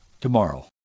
tomorrow